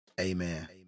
amen